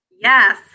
Yes